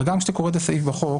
הרי כשאתה קורא את הסעיף בחוק